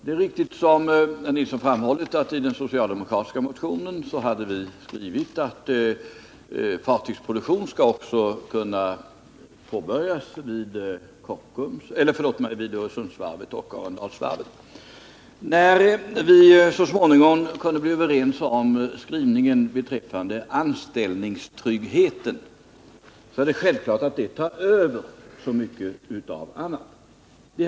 Det är riktigt, som herr Nilsson framhållit, att i den socialdemokratiska motionen hade vi skrivit att fartygsproduktion skall kunna påbörjas också vid Öresundsvarvet och Arendalsvarvet. När vi så småningom kunde bli överens om skrivningen beträffande anställningstryggheten, så är det självklart att det tar över mycket annat.